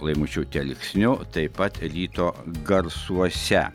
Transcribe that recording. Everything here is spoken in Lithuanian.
laimučiu telksniu taip pat ryto garsuose